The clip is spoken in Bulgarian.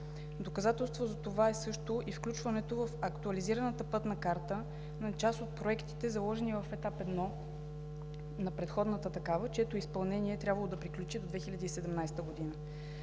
Доказателство за това също е и включването на Актуализираната пътна карта на част от проектите, заложени в етап 1 на предходната такава, чието изпълнение е трябвало да приключи до 2017 г.